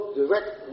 direct